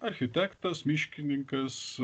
architektas miškininkas